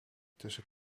tussen